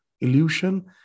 illusion